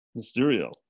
Mysterio